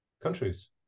countries